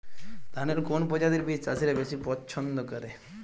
ধানের কোন প্রজাতির বীজ চাষীরা বেশি পচ্ছন্দ করে?